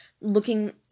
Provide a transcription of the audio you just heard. looking